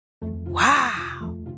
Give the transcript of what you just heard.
Wow